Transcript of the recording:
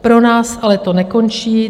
Pro nás ale to nekončí.